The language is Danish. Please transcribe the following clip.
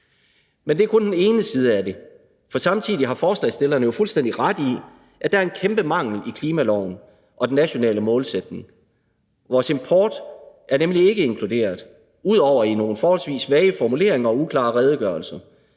Men det er kun den ene side af det. For samtidig har forslagsstillerne jo fuldstændig ret i, at der er en kæmpe mangel i klimaloven og den nationale målsætning. Vores import er nemlig ikke inkluderet, ud over i nogle forholdsvis vage formuleringer og uklare redegørelser.